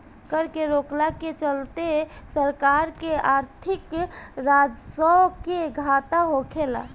कर के रोकला के चलते सरकार के आर्थिक राजस्व के घाटा होखेला